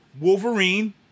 Wolverine